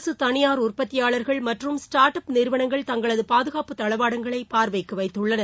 அரசு தனியார் உற்பத்தியாளர்கள் மற்றும் ஸ்டார்ட் அப் நிறுவனங்கள் தங்களது பாதுகாப்பு தளவாடங்களை பார்வைக்கு வைத்துள்ளனர்